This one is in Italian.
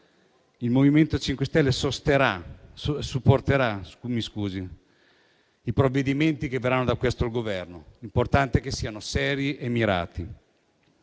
il MoVimento 5 Stelle supporterà i provvedimenti che verranno da questo Governo. L'importante è che siano seri e mirati,